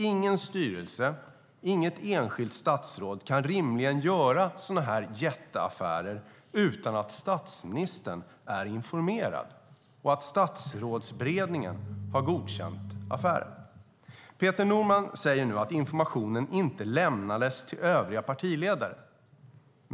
Ingen styrelse och inget enskilt statsråd kan rimligen göra sådana jätteaffärer utan att statsministern är informerad och utan att Statsrådsberedningen har godkänt affären. Peter Norman säger nu att informationen inte lämnades till övriga partiledare.